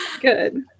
Good